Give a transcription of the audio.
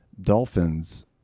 dolphins